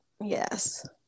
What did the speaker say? Yes